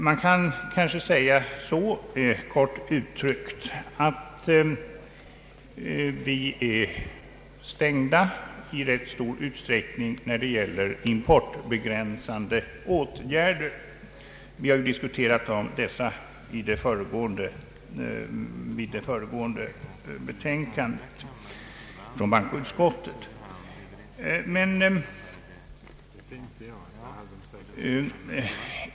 Man kan kanske säga så, kort uttryckt, att vi är stängda i rätt stor utsträckning när det gäller importbegränsande åtgärder. Vi har diskuterat den saken i anslutning till det föregående utlåtandet från bankoutskottet.